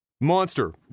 Monster